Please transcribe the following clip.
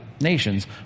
nations